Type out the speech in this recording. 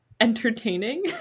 entertaining